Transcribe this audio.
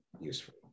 useful